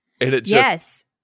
Yes